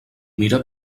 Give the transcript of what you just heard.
mira